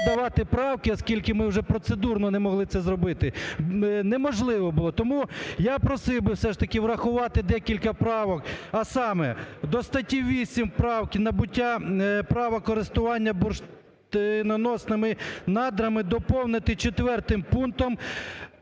подавати правки, оскільки ми вже процедурно не могли це зробити, неможливо було. Тому я просив би все ж таки врахувати декілька правок, а саме: до статті 8 правки "набуття права користування бурштиноносними надрами" доповнити четвертим пунктом